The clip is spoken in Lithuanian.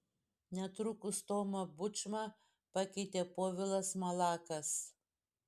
netrukus tomą bučmą pakeitė povilas malakas